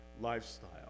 lifestyle